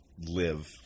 live